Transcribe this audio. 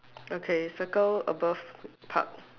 okay circle above park